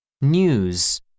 News